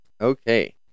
Okay